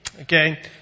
Okay